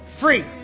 Free